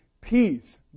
Peace